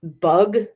bug